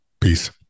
Peace